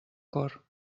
cor